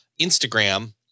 Instagram